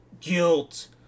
guilt